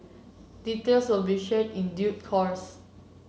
details will be shared in due course